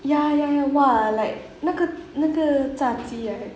ya ya ya !wah! like 那个那个炸鸡 right